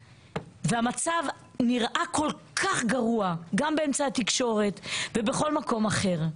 והמצב נראה כל כך גרוע גם באמצעי התקשורת ובכל מקום אחר.